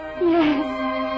Yes